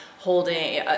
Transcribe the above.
holding